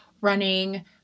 running